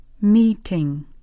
Meeting